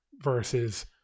versus